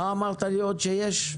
מה אמרת לי שיש עוד?